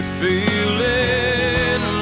feeling